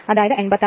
അതായത് 86